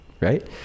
right